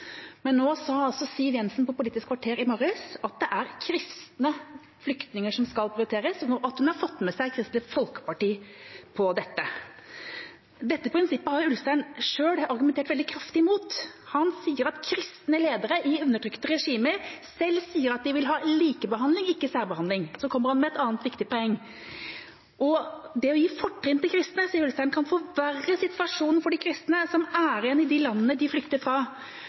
Nå sa Siv Jensen på Politisk kvarter i morges at det er kristne flyktninger som skal prioriteres, og at hun har fått med seg Kristelig Folkeparti på dette. Dette prinsippet har Ulstein selv argumentert veldig kraftig mot, han sier at kristne ledere i undertrykte regimer selv sier at de vil ha likebehandling, ikke særbehandling. Så kommer han med et annet viktig poeng: Det å gi fortrinn til kristne, sier Ulstein, kan forverre situasjonen for de kristne som er igjen i de landene de flykter fra,